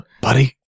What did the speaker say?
Buddy